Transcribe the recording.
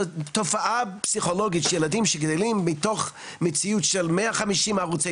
תופעה פסיכולוגית של ילדים שגדלים בתוך מציאות של 150 ערוצי